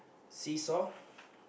seesaw